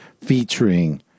featuring